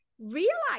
realize